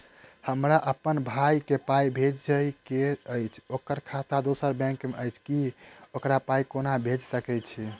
हमरा अप्पन भाई कऽ पाई भेजि कऽ अछि, ओकर खाता दोसर बैंक मे अछि, हम ओकरा पाई कोना भेजि सकय छी?